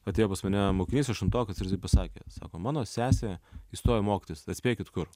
atėjo pas mane mokinys aštuntokas ir jisai pasakė sako mano sesė įstojo mokytis atspėkit kur